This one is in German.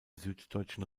süddeutschen